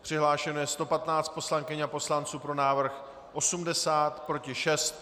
Přihlášeno je 115 poslankyň a poslanců, pro návrh 80, proti 6.